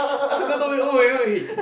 ask her go